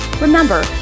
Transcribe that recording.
Remember